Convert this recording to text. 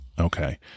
Okay